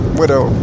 widow